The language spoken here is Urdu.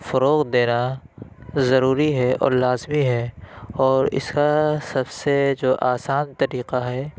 فروغ دینا ضروری ہے اور لازمی ہے اور اِس کا سب سے جو آسان طریقہ ہے